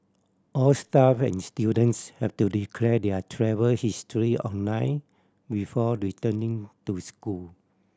all staff and students have to declare their travel history online before returning to school